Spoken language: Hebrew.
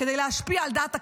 כדי להשפיע על דעת הקהל.